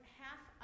half